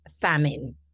famine